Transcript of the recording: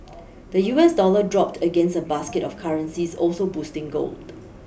the U S dollar dropped against a basket of currencies also boosting gold